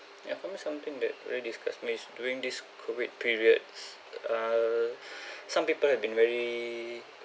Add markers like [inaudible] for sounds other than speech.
ya for me something that really disgust me is during this COVID periods err [breath] some people have been very